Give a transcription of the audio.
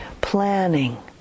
planning